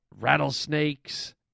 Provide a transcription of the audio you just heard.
rattlesnakes